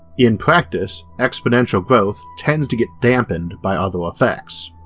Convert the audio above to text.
in practice exponential growth tends to get dampened by other effects.